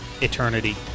eternity